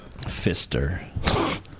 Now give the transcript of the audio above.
Fister